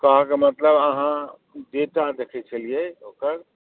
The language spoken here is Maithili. कहऽके मतलब अहाँ डेटा देखै छलिए ओकर